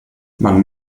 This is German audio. man